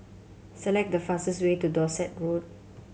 select the fastest way to Dorset Road